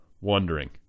wondering